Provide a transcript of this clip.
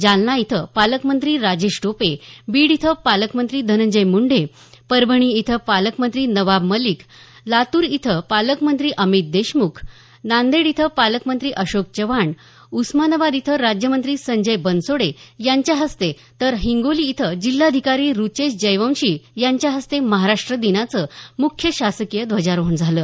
जालना इथं पालकमंत्री राजेश टोपे बीड इथं पालकमंत्री धनंजय मुंडे परभणी इथं पालकमंत्री नवाब मलिक लातूर इथं पालकमंत्री अमित देशमुख नांदेड इथं पालकमंत्री अशोक चव्हाण उस्मानाबाद इथं राज्यमंत्री संजय बनसोडे यांच्या हस्ते तर हिंगोली इथं जिल्हाधिकारी रुचेश जयवंशी यांच्या हस्ते महाराष्ट्र दिनाचं मुख्य शासकीय ध्वजारोहण झालं